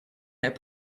heb